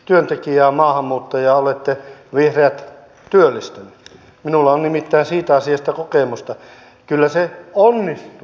työntekijä maahanmuuttajaa olette vihreät työllisti minulla on nimittäin siitä itsekin kiinnitin huomiota tähän digitalisaatioon